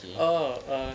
oh uh